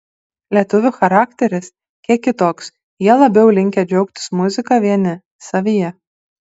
lietuvių charakteris kiek kitoks jie labiau linkę džiaugtis muzika vieni savyje